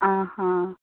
आं हां